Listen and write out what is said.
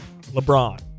LeBron